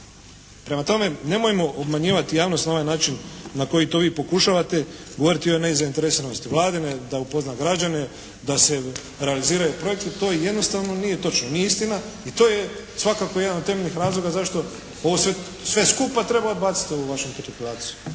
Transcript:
Prema tome, nemojmo obmanjivati javnost na ovaj način na koji to vi pokušavate govoriti o nezainteresiranosti Vlade, da upozna građane, da se realiziraju projekti. To jednostavno nije točno. Nije istina i to je svakako jedan od temeljnih razloga zašto ovo sve skupa treba baciti ovu vašu Interpelaciju.